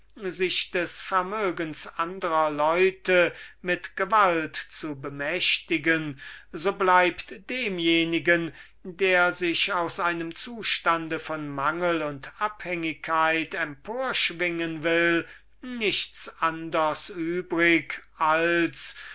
sich des vermögens andrer leute mit gewalt zu bemächtigen so bleibt demjenigen der sich aus einem zustand von mangel und abhänglichkeit empor schwingen will nichts anders übrig als